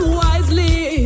wisely